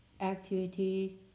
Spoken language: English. Activity